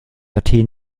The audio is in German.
athen